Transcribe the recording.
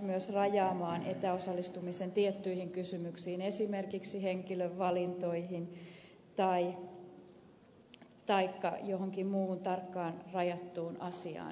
myös rajaamaan etäosallistumisen tiettyihin kysymyksiin esimerkiksi henkilövalintoihin taikka johonkin muuhun tarkkaan rajattuun asiaan